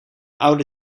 oude